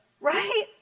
Right